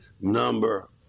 number